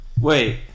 Wait